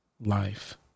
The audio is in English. life